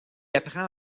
apprend